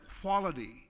quality